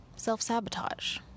self-sabotage